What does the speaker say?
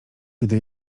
gdy